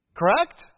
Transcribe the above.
Correct